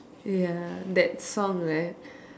ya that song right